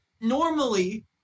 normally